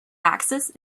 axis